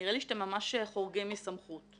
נראה לי שאתם ממש חורגים מסמכות.